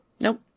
nope